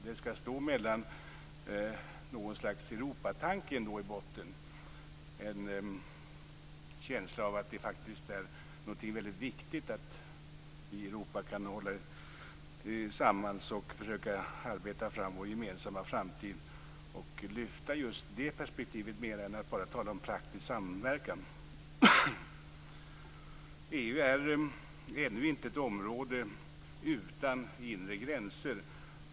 Det skall ändå finnas något slags Europatanke i botten, en känsla av att det faktiskt är väldigt viktigt att vi i Europa kan hålla samman och försöka arbeta fram vår gemensamma framtid. Vi skall lyfta fram just det perspektivet mer än att bara prata om praktisk samverkan. EU är ännu inte ett område utan inre gränser.